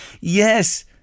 Yes